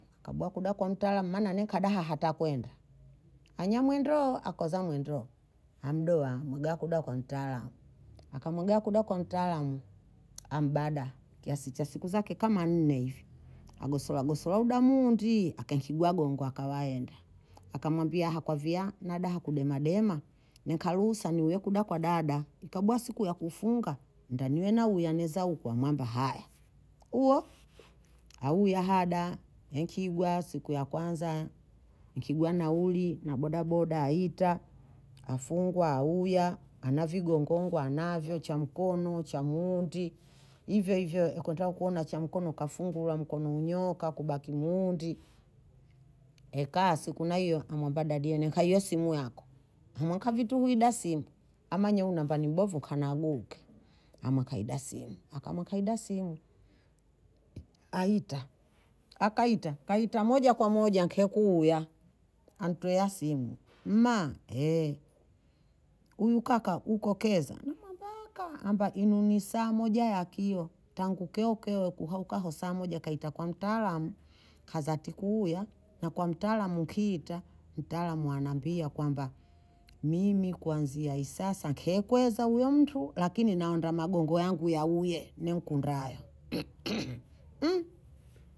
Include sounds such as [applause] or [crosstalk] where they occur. Akabuha kuda kwa mtaalamu, maana nenka daha hatakwenda, anya mwe ndoo, akoza mwe ndoo, amdoha mwega kuda kwa mtaalamu, akamwega kuda kwa mtaalamu ambada kiasi cha siku zake kama nne hivi, agosolwa gosolwa hudamundi, akenkigwa gongo akawa aenda, akamwambia akwavya nadaha kudemademaa, nenka ruhusa niuye kuya kwa dada, nkabuha siku ya kufunga ndaniwe nauya neza ukwa mwamba haya, huo auya hada enkigwa siku ya kwanza, nkigwa nauli na bodaboda aita, afungwa auya, ana vigongongo anavyo, cha mkono, cha mhundi hivyo hivyo enkota kuona cha mkono kafungulwa mkono unyooka kubaki muhundi, ekaa siku na hiyo, namwamba dadiye nenka hiyo simu yako, namwenka vituhi da simu, amanya huyu namba ni mbovu kanaaguke, amwuakaida simu, akamwa kaida simu aita, akaita moja kwa moja nkekuya, antwoea simu, mma [hesitation] huyu kaka huko keza, namwambia hakaa, amba inuni saa moja ya kio tangu keo keo ikuhauka aho saa moja kaita kwa mtaalamu kazati kuuya, na kwa mtaalamu ukiita, mtaalamu anambia kwamba mimi kwanzia hii sasa nkekweza huyo mntu lakini naonda magongo yangu yauye ne nkundayo [noise] [hesitation]